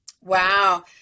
Wow